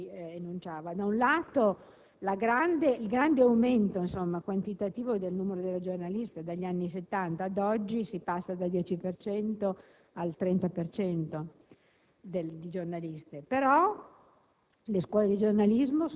il Sottosegretario qui enunciava. Da un lato, vi è il grande aumento quantitativo del numero delle giornaliste: dagli anni Settanta ad oggi, si passa dal 10 al 30 per cento di giornaliste